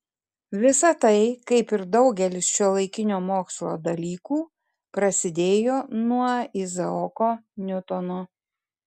visa tai kaip ir daugelis šiuolaikinio mokslo dalykų prasidėjo nuo izaoko niutono